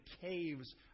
caves